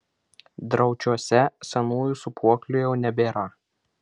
draučiuose senųjų sūpuoklių jau nebėra